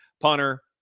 Punter